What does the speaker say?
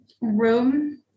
room